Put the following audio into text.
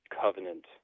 Covenant